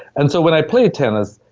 and so when i play tennis,